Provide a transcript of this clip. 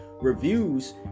reviews